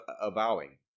avowing